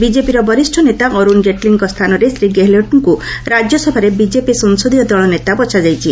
ବିଜେପିର ବରିଷ୍ଠ ନେତା ଅରୁଣ ଜେଟଲୀଙ୍କ ସ୍ଥାନରେ ଶ୍ରୀ ଗେହେଲଟଙ୍କୁ ରାଜ୍ୟସଭାରେ ବିଜେପି ସଂସଦୀୟ ଦକଳ ନେତା ବଛାଯାଇଛି